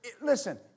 Listen